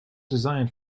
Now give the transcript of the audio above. designed